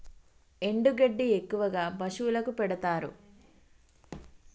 ఎండు గడ్డి ఎక్కువగా పశువులకు పెడుతారు